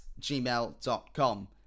gmail.com